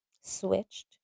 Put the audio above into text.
switched